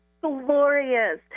glorious